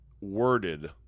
worded